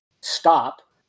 Stop